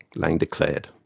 lang declared.